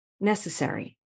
necessary